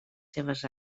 seves